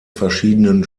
verschiedenen